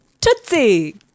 Tootsie